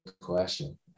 question